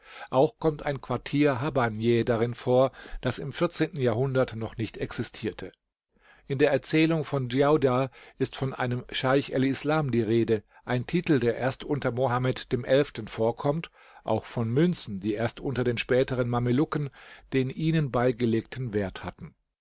auch kommt ein quartier habbanieh darin vor das im jahrhundert noch nicht existierte in der erzählung von djaudar ist von einem scheich el islam die rede ein titel der erst unter mohammed vorkommt auch von münzen die erst unter den späteren mamelucken den ihnen beigelegten wert hatten